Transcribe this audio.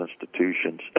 institutions